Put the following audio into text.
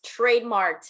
trademarked